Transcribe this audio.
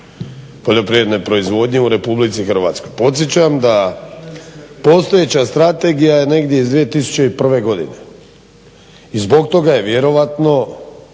poljoprivredne proizvodnje u RH. Podsjećam da postojeća strategija je negdje iz 2001. godine. i zbog toga je vjerojatno